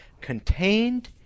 contained